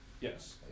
yes